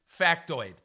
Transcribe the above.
factoid